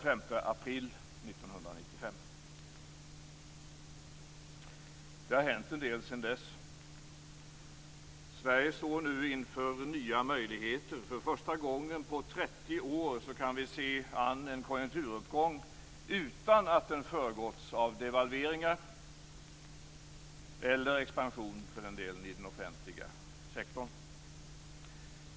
Det var den Det har hänt en del sedan dess. Sverige står nu inför nya möjligheter. För första gången på 30 år kan vi se an en konjunkturuppgång utan att den har föregåtts av devalveringar eller expansion, för den delen, i den offentliga sektorn.